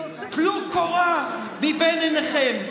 טלו קורה מבין עיניכם.